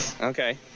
Okay